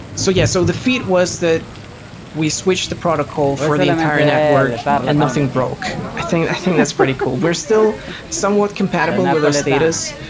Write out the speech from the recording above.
so yeah so the feat was that we switched the protocol for the entire network and nothing broke. i think i think that's pretty cool. we're still somewhat compatible with those status,